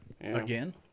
Again